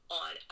on